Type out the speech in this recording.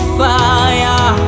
fire